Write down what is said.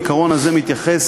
העיקרון הזה מתייחס